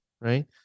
right